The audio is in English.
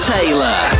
Taylor